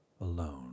alone